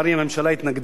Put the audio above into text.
הממשלה התנגדה לה,